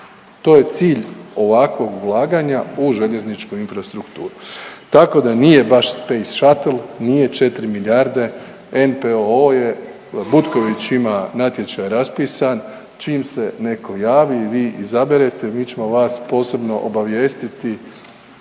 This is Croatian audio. To je cilj ovakvog ulaganja u željezničku infrastrukturu, tako da nije baš space shuttle, nije 4 milijarde, NPOO je, Butković ima natječaj raspisan, čim se neko javi i vi izaberete mi ćemo vas posebno obavijestiti